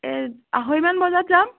এ আঢ়ৈমান বজাত যাম